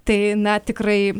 tai na tikrai